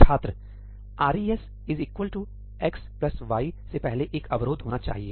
छात्र 'res is equal to x plus y' से पहले एक अवरोध होना चाहिए